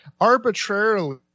arbitrarily